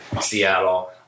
Seattle